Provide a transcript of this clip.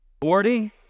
Forty